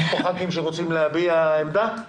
האם יש ח"כים שרוצים להביע עמדתם?